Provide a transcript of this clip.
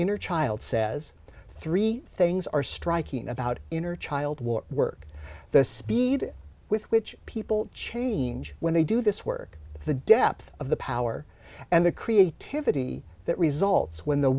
inner child says three things are striking about inner child war work the speed with which people change when they do this work the depth of the power and the creativity that results when the